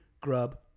grub